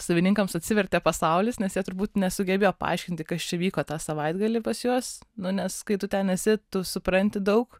savininkams atsivertė pasaulis nes jie turbūt nesugebėjo paaiškinti kas čia vyko tą savaitgalį pas juos nu nes kai tu ten esi tu supranti daug